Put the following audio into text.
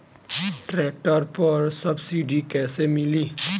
Tractor पर subsidy कैसे मिली?